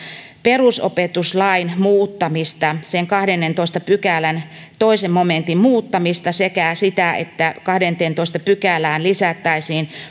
perusopetuslain muuttamista sen kahdennentoista pykälän toisen momentin muuttamista sekä sitä että kahdenteentoista pykälään lisättäisiin